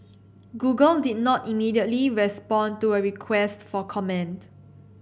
google did not immediately respond to a request for comment